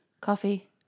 Coffee